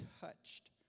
touched